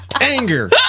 Anger